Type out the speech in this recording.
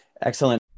Excellent